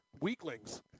weaklings